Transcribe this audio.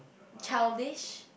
childish